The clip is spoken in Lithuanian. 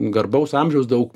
garbaus amžiaus daug